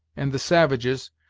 and the savages,